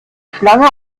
schlange